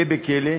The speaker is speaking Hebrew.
יהיה בכלא,